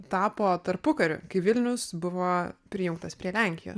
tapo tarpukariu kai vilnius buvo prijungtas prie lenkijos